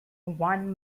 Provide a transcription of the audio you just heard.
one